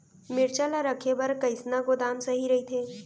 मिरचा ला रखे बर कईसना गोदाम सही रइथे?